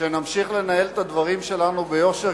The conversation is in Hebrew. שנמשיך לנהל את הדברים שלנו ביושר,